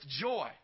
joy